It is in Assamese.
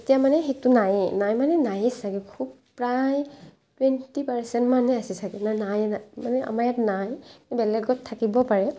এতিয়া মানে সেইটো নাই নাই মানে নায়েই চাগে খুব প্ৰায় টুৱেণ্টি পাৰ্চেণ্ট মানহে আছে চাগে নে নাই মানে আমাৰ ইয়াত নাই বেলেগত থাকিব পাৰে